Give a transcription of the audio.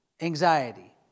anxiety